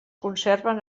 conserven